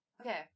Okay